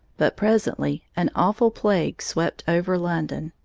but presently an awful plague swept over london,